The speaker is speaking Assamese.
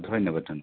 ধন্যবাদ